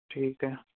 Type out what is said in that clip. ਠੀਕ ਹੈ